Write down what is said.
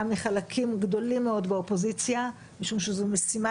מחלקים גדולים מאוד באופוזיציה משום שזו משימה